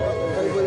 כפי שהיא,